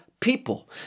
people